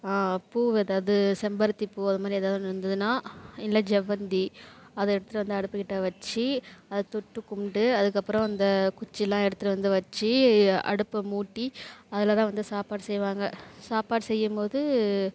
பூ ஏதாவது செம்பருத்தி பூ அதுமாதிரி ஏதாவது ஒன்று இருந்ததுன்னா இல்லை செவ்வந்தி அதை எடுத்துட்டு வந்து அடுப்புக்கிட்ட வச்சு அதை தொட்டு கும்பிட்டு அதுக்கப்புறம் அந்த குச்சிலாம் எடுத்துட்டு வந்து வச்சு அடுப்பை மூட்டி அதுதான் வந்து சாப்பாடு செய்வாங்க சாப்பாடு செய்யும்போது